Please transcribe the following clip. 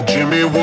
Jimmy